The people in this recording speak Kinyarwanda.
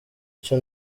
icyo